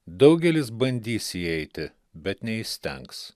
daugelis bandys įeiti bet neįstengs